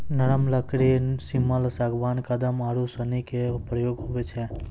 नरम लकड़ी सिमल, सागबान, कदम आरू सनी रो प्रयोग हुवै छै